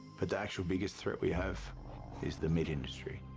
but the actual biggest threat we have is the meat industry,